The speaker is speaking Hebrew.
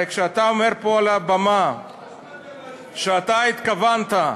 הרי כשאתה אומר פה על הבמה שאתה התכוונת,